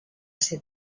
ser